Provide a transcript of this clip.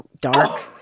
dark